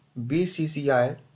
BCCI